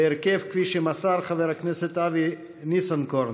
בהרכב שמסר חבר הכנסת אבי ניסנקורן,